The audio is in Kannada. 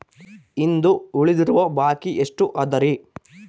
ಇಂದು ಉಳಿದಿರುವ ಬಾಕಿ ಎಷ್ಟು ಅದರಿ?